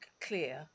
clear